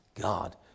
God